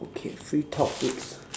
okay free topics